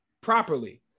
properly